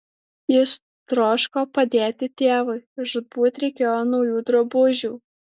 jis troško padėti tėvui žūtbūt reikėjo naujų drabužių